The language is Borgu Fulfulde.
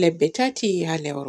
lebbi tati ya lewru